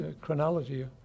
chronology